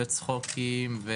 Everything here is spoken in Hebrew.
צחוקים,